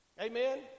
amen